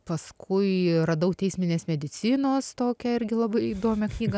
paskui radau teisminės medicinos tokią irgi labai įdomią knygą